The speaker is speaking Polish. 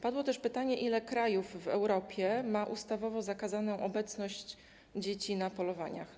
Padło też pytanie: Ile krajów w Europie ma ustawowo zakazaną obecność dzieci na polowaniach?